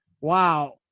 wow